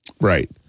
Right